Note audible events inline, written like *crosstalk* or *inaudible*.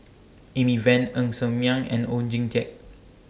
Amy Van Ng Ser Miang and Oon Jin Teik *noise*